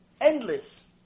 Endless